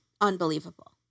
unbelievable